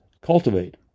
cultivate